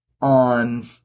on